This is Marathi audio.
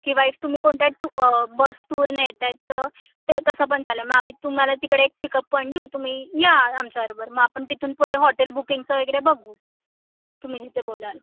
किंवा एक तुम्ही कोणत्या टू बस टूरने येत आहेत तर ते तसं पण चालेल मग आम्ही तुम्हाला तिकडे एक पिकअप पॉईंट देऊ तुम्ही या आमच्याबरोबर मग आपण तिथून पुढे हॉटेल बुकिंगचं वगैरे बघू तुम्ही जिथे बोलाल